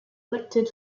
elected